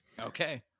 Okay